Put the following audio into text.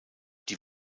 die